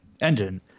engine